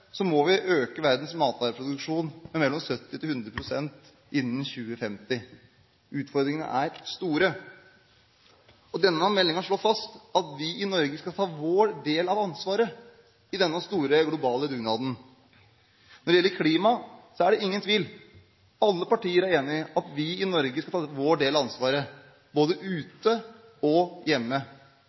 må vi øke verdens matvareproduksjon med mellom 70 pst. og 100 pst. innen 2050. Utfordringene er store. Denne meldingen slår fast at vi i Norge skal ta vår del av ansvaret i denne store globale dugnaden. Når det gjelder klima, er det ingen tvil – alle partier er enige om at vi i Norge skal ta vår del av ansvaret både ute og hjemme.